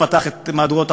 תבערה,